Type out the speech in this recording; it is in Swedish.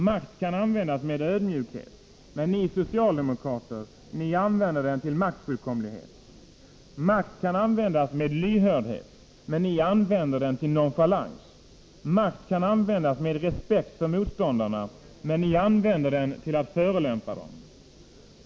Makt kan användas med ödmjukhet, men ni socialdemokrater använder den till maktfullkomlighet. Makt kan användas med lyhördhet, men ni använder den till nonchalans. Makt kan användas med respekt för motståndarna, men ni använder den till att förolämpa dem.